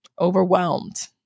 overwhelmed